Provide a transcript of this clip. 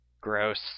Gross